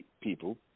people